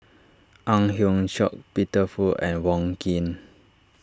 Ang Hiong Chiok Peter Fu and Wong Keen